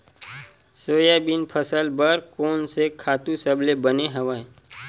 Soybean फसल बर कोन से खातु सबले बने हवय?